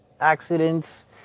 accidents